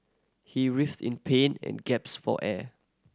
he writhed in pain and gaps for air